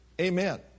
Amen